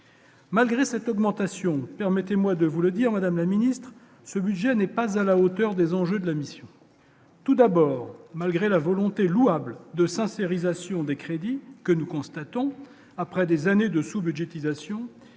Madame la Ministre, ce budget n'est pas à la hauteur des enjeux de la mission tout d'abord, malgré la volonté louable de sa série station des crédits que nous constatons, après des années de sous-budgétisation